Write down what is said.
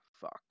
Fuck